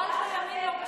חבל שהימין לא בשלטון.